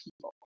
people